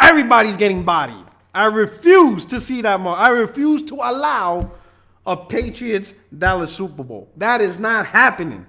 everybody's getting bodied. i refuse to see that more. i refuse to allow a patriots dallas super bowl that is not happening.